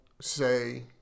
say